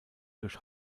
durch